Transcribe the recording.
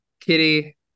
Kitty